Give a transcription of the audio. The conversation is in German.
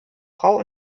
frau